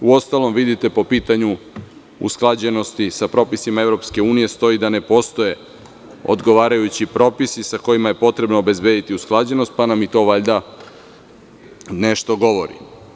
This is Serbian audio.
Uostalom, vidite da po pitanju usklađenosti sa propisima EU stoji da ne postoje odgovarajući propisi sa kojima je potrebno obezbediti usklađenost, pa nam i to valjda nešto govori.